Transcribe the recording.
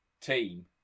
team